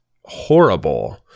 horrible